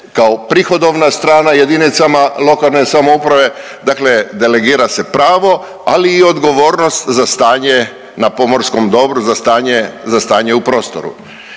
kao prihodovna strana jedinicama lokalne samouprave, dakle delegira se pravo ali i odgovornost za stanje na pomorskom dobru, za stanje u prostoru.